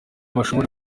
bashobore